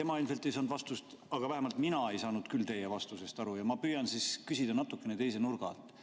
tema ilmselt ei saanud vastust, vähemalt mina ei saanud teie vastusest aru. Ma püüan siis küsida natuke teise nurga alt.